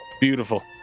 Beautiful